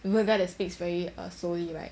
the weird guy that speaks very err slowly right